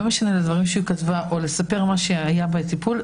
ולא משנה אם לדברים שהיא כתבה או לספר מה שהיה בטיפול,